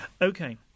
Okay